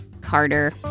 Carter